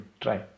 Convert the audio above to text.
try